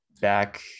back